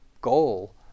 goal